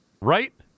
Right